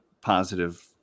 positive